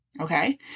Okay